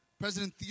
President